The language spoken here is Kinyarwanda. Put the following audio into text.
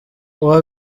uwo